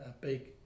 big